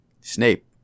Snape